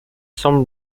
semble